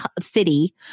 city